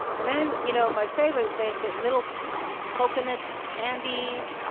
and then, you know, my favorite thing, the little coconut candies.